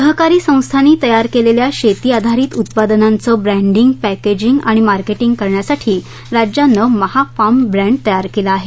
सहकारी संस्थांनी तयार केलेल्या शेतीआधारित उत्पादनांचं ब्रॉन्डिंग पॅकेजिंग आणि मार्केटिंग करण्यासाठी राज्यानं महाफार्म ब्रॅण्ड तयार केला आहे